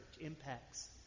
impacts